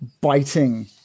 biting